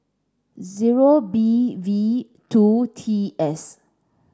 zero B V two T S